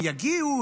הם יגיעו,